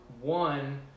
one